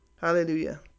Hallelujah